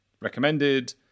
recommended